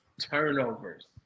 turnovers